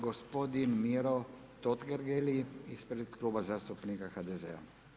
Gospodin Miro Totgergeli ispred Kluba zastupnika HDZ-a.